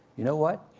you know what?